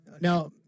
Now